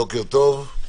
בוקר טוב.